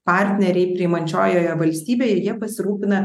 partneriai priimančiojoje valstybėje jie pasirūpina